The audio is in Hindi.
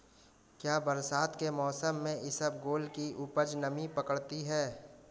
क्या बरसात के मौसम में इसबगोल की उपज नमी पकड़ती है?